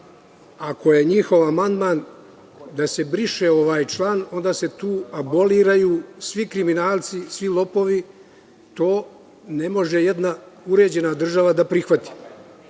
ako je njihov amandman da se briše ovaj član, onda se tu aboliraju svi kriminalci, svi lopovi. To ne može jedna uređena država da prihvati. Mi